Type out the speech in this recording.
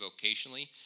vocationally